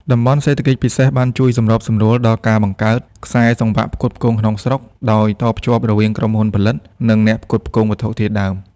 តំបន់សេដ្ឋកិច្ចពិសេស បានជួយសម្របសម្រួលដល់ការបង្កើត "ខ្សែសង្វាក់ផ្គត់ផ្គង់ក្នុងស្រុក" ដោយតភ្ជាប់រវាងក្រុមហ៊ុនផលិត និងអ្នកផ្គត់ផ្គង់វត្ថុធាតុដើម។